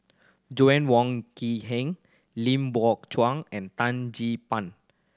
Joann Wong Quee Heng Lim Chuan and Tan Gee Pan